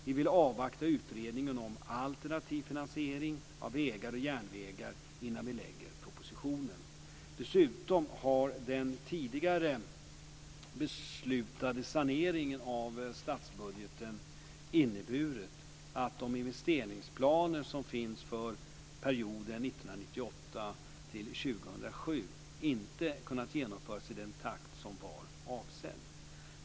Vi vill avvakta utredningen om alternativ finansiering av vägar och järnvägar innan vi lägger fram propositionen. Dessutom har den tidigare beslutade saneringen av statsbudgeten inneburit att de investeringsplaner som finns för perioden 1998-2007 inte kunnat genomföras i den takt som var avsedd.